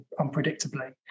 unpredictably